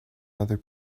other